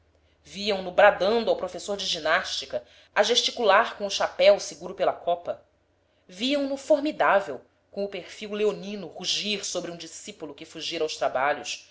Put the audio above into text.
cortesão viam-no bradando ao professor de ginástica a gesticular com o chapéu seguro pela copa viam-no formidável com o perfil leonino rugir sobre um discípulo que fugira aos trabalhos